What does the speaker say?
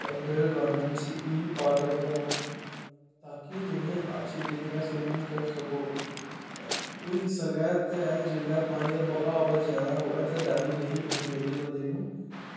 under गार्मैंन्टस ही पाएदे होन ताकि तुस अच्छे तरिके कन्नै स्विमिंग करी सको होई सकै जिसलै पानी दा बहाव जादै होऐ ते डाईव नेंई पुट्टनीं चाही दी बंदे नूं